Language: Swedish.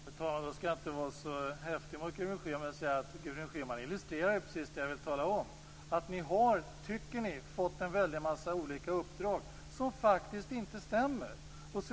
Fru talman! Då skall jag inte vara så häftig mot Gudrun Schyman. Men Gudrun Schyman illustrerar precis det jag vill tala om: Ni tycker er ha fått en väldig massa olika uppdrag som faktiskt inte stämmer överens.